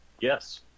Yes